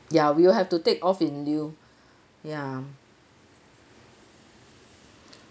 ya we will have to take off in lieu ya